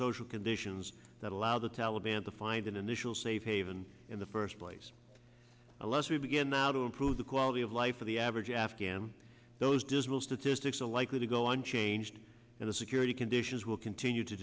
social conditions that allow the taliban to find an initial safe haven in the first place a less we begin now to improve the quality of life for the average afghan those dismal statistics are likely to go on changed and the security conditions will continue to